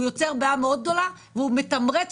הוא יוצר בעיה מאוד גדולה והוא מתמרץ